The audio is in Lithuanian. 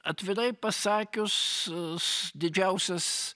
atvirai pasakius didžiausias